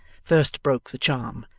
first broke the charm,